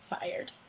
fired